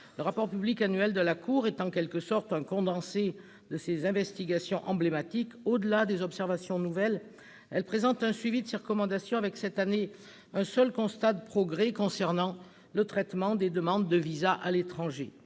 Son rapport public annuel est en quelque sorte un condensé de ses investigations emblématiques. Au-delà des observations nouvelles, la Cour présente un suivi de ses recommandations, avec cette année un seul constat de progrès, concernant le traitement des demandes de visa à l'étranger.